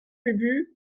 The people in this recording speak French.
ubu